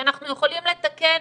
שאנחנו יכולים לתקן